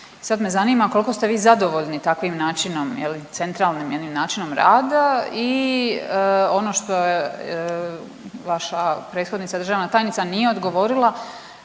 sad me zanima kolko ste vi zadovoljni takvim načinom centralnim jednim načinom rada? I ono što je vaša prethodnica državna tajnica nije odgovorila,